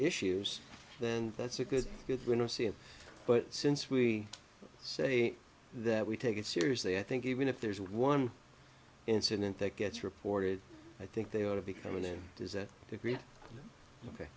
issues then that's a good good when i see it but since we say that we take it seriously i think even if there's one incident that gets reported i think they ought to be coming in is that the